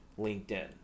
LinkedIn